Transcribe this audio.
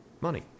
money